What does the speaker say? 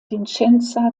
vicenza